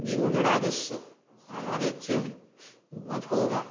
জীবনের আদর্শ আমার হচ্ছে ভগবান